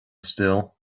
still